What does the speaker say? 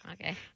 okay